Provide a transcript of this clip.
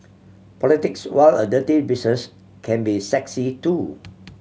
politics while a dirty business can be sexy too